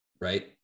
right